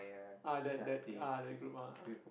ah that that ah that group ah